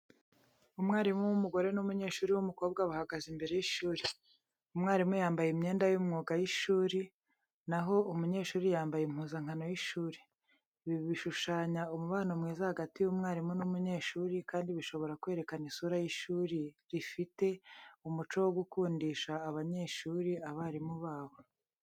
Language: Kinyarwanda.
Umwarimu w'umugore n'umunyeshuri w'umukobwa bahagaze imbere y'ishuri. Umwarimu yambaye imyenda y'umwuga y'ishuri, na ho umunyeshuri yambaye impuzankano y'ishuri. Ibi bishushanya umubano mwiza hagati y'umwarimu n'umunyeshuri kandi bishobora kwerekana isura y'ishuri rifite umuco wo gukundisha abanyeshuri abarimu babo.